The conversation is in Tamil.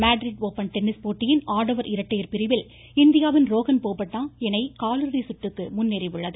மேட்ரிட் ஒப்பன் டென்னிஸ் போட்டியின் ஆடவர் இரட்டையர் பிரிவில் இந்தியாவின் ரோஹன் போபண்ணா இணை கால்இறுதி சுற்றுக்கு முன்னேறியுள்ளது